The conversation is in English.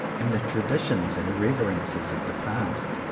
and the traditions and reverences of the past.